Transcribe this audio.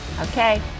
Okay